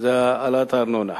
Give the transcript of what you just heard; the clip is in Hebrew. זה העלאת הארנונה.